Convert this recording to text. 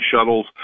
shuttles